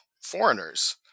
foreigners